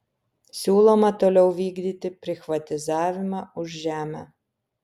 siūloma toliau vykdyti prichvatizavimą už žemę